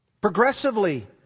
Progressively